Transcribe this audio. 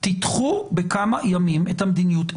תדחו בכמה ימים את המדיניות,